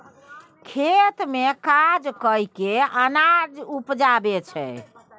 खेत मे काज कय केँ अनाज उपजाबै छै